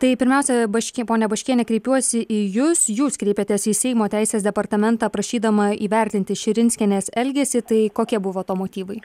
tai pirmiausia baški pone baškiene kreipiuosi į jus jūs kreipėtės į seimo teisės departamentą prašydama įvertinti širinskienės elgesį tai kokie buvo to motyvai